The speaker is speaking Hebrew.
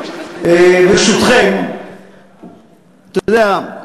אתה יודע?